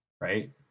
Right